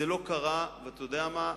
זה לא קרה, ואתה יודע מה?